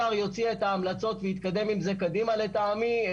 השר יוציא את ההמלצות ויתקדם עם זה קדימה לטעמי.